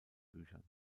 büchern